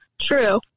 True